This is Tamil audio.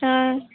ஆ